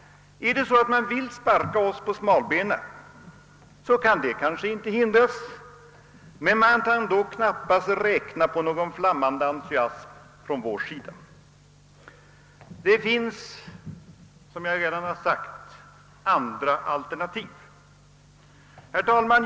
Vill man sparka oss på smalbenen, så kan det kanske inte hindras, men då kan man knappast räkna på någon flammande entusiasm från vår sida. Som jag redan sagt finns det andra alternativ. Herr talman!